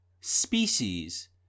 species